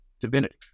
divinity